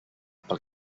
pel